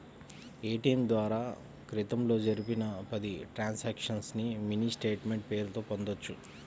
ATM ద్వారా క్రితంలో జరిపిన పది ట్రాన్సక్షన్స్ ని మినీ స్టేట్ మెంట్ పేరుతో పొందొచ్చు